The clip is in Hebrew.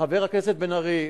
חבר הכנסת בן-ארי,